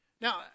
Now